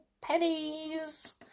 pennies